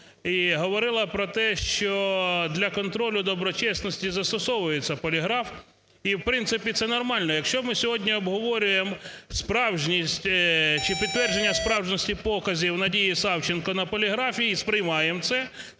і говорила про те, що для контролю доброчесності застосовується поліграф, і, в принципі, це нормально. Якщо ми сьогодні обговорюємо справжність чи підтвердження справжності показів Надії Савченко на поліграфі і сприймаємо це,